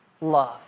love